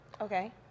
Okay